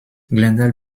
glendale